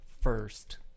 first